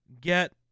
Get